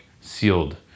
sealed